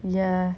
ya